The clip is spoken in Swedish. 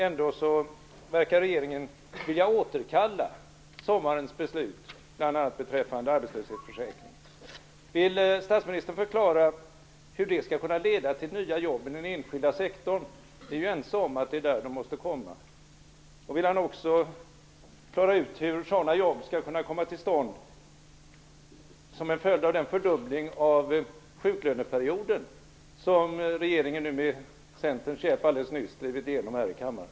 Ändå verkar regeringen vilja återkalla sommarens beslut, bl.a. beträffande arbetslöshetsförsäkringen. Vill statsministern förklara hur det skall kunna leda till nya jobb i den enskilda sektorn? Vi är ju ense om att det är där de måste komma. Vill han också klara ut hur sådana jobb skall kunna komma till stånd som en följd av den fördubbling av sjuklöneperioden som regeringen nu, med Centerns hjälp, alldeles nyss drivit igenom här i kammaren?